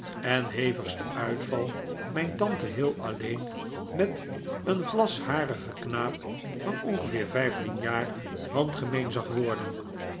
en hevigsten uitval mijn tante heel alleen met een vlasharigen knaap van ongeveer vijftien jaar handgemeen zag worden